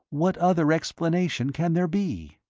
what other explanation can there be?